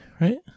right